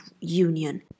union